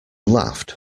laughed